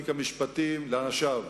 לאנשיו,